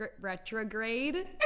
retrograde